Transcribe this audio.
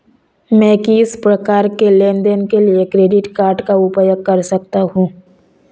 मैं किस प्रकार के लेनदेन के लिए क्रेडिट कार्ड का उपयोग कर सकता हूं?